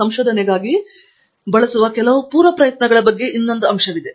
professor Andrew Thangaraj ನಿಮ್ಮ ಉತ್ತರವು ಉತ್ತರಬಾರಿ 0943 ನಮ್ಮ ಉತ್ತರದಿಂದ ವಿಭಿನ್ನವಾಗಿರುತ್ತದೆ